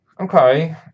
okay